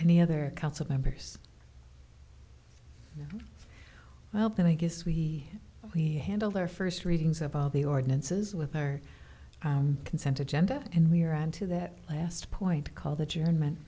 any other council members well then i guess we handle their first readings of all the ordinances with our consent agenda and we're on to that last point call the german